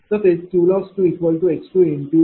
तसेच QLoss2x×P2Q2। V।20